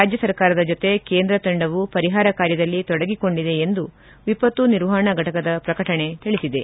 ರಾಜ್ವ ಸರ್ಕಾರದ ಜೊತೆ ಕೇಂದ್ರ ತಂಡವು ಪರಿಹಾರ ಕಾರ್ಯದಲ್ಲಿ ತೊಡಗಿಕೊಂಡಿವೆ ಎಂದು ವಿಪತ್ತು ನಿರ್ವಹಣಾ ಫಟಕದ ಪ್ರಕಟಣೆ ತಿಳಿಸಿದೆ